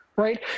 Right